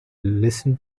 listen